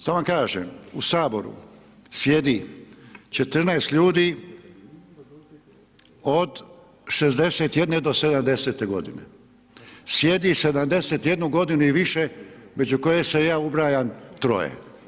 Sad vam kažem u Saboru sjedi 14 ljudi od 61 do 70 godine, sjedi 71 godinu i više među koje se i ja ubrajam, troje.